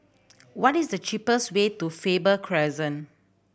what is the cheapest way to Faber Crescent